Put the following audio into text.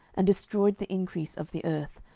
and destroyed the increase of the earth,